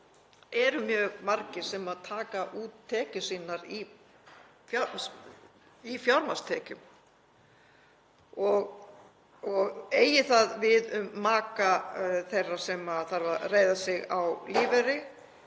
eru mjög margir sem taka út tekjur sínar í fjármagnstekjum. Eigi það við um maka þeirra sem þurfa að reiða sig á lífeyri